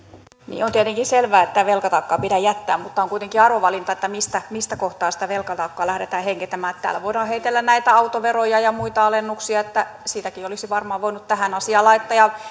niin on tietenkin selvää ettei velkataakkaa pidä jättää mutta on kuitenkin arvovalinta mistä mistä kohtaa sitä velkataakkaa lähdetään heikentämään täällä voidaan heitellä näitä autoveroja ja muita alennuksia että siitäkin olisi varmaan voinut tähän asiaan laittaa